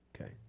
Okay